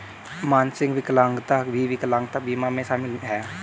मानसिक विकलांगता भी विकलांगता बीमा में शामिल हैं